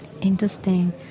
Interesting